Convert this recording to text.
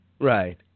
Right